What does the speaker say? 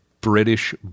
British